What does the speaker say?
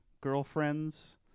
girlfriends